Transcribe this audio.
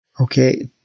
Okay